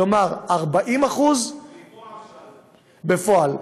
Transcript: כלומר 40% בפועל,